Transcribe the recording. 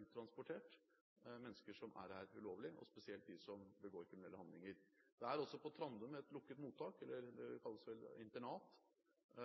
uttransportert mennesker som er her ulovlig, og spesielt de som begår kriminelle handlinger. Det er også et lukket mottak på Trandum – det kalles vel internat, men